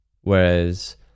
Whereas